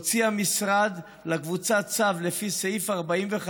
הוציא המשרד לקבוצה צו לפי סעיף 45,